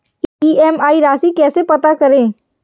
EMI राशि कैसे पता करें?